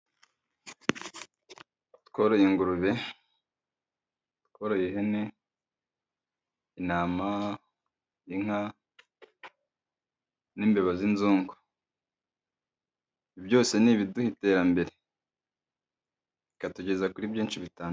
Tworoye ingurube, tworoye ihene, intama inka, n'imbeba z'inzungu, ibi byose ni ibiduha iterambere, bikatugeza kuri byinshi bitandukanye.